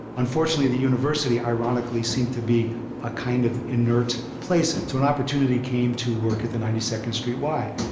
unfortunately the university ironically seemed to be a kind of inert place, and so an opportunity came to work at the ninety second street y.